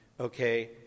Okay